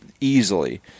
easily